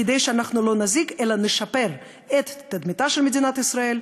כדי שאנחנו לא נזיק אלא נשפר את תדמיתה של מדינת ישראל,